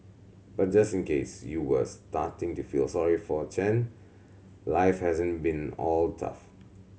but just in case you were starting to feel sorry for Chen life hasn't been all tough